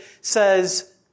says